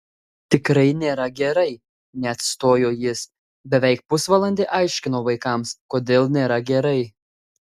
tikrai nėra gerai neatstojo jis beveik pusvalandį aiškinau vaikams kodėl nėra gerai